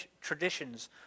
traditions